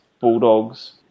Bulldogs